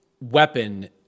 weapon